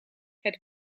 het